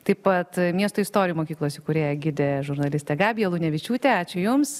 taip pat miesto istorija mokyklos įkūrėja gidė žurnalistė gabija lunevičiūtė ačiū jums